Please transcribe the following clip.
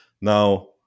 Now